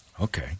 Okay